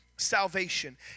salvation